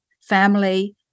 family